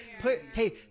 Hey